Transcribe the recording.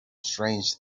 strange